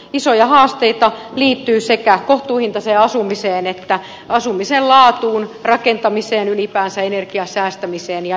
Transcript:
isoja haasteita liittyy sekä kohtuuhintaiseen asumiseen että asumisen laatuun rakentamiseen ylipäänsä energiasäästämiseen ja et cetera